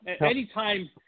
anytime